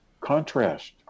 Contrast